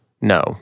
no